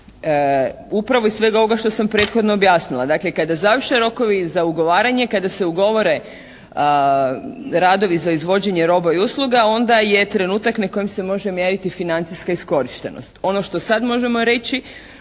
Upravo iz svega ovoga što sam prethodno objasnila. Dakle kada završe rokovi za ugovaranje, kada se ugovore radovi za izvođenje roba i usluga onda je trenutak na kojem se može mjeriti financijska iskorištenost. Ono što sad možemo reći